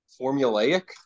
formulaic